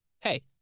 hey